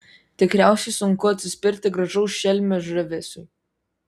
tikriausiai sunku atsispirti gražaus šelmio žavesiui